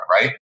right